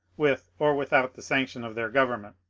with, or without, the sanction of their government.